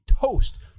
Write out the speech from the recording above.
toast